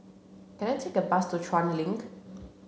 can I take a bus to Chuan Link